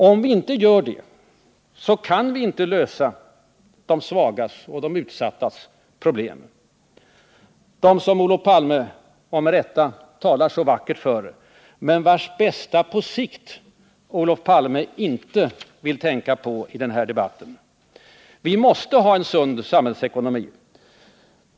Om vi inte gör det kan vi inte lösa problemen för de svaga och utsatta — dem som Olof Palme, med rätta, talar så vackert för men vilkas bästa på sikt Olof Palme inte vill tänka på i den här debatten. Vi måste ha en sund samhällsekonomi.